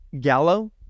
Gallo